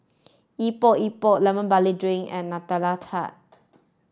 Epok Epok lemon barley drink and Nutella Tart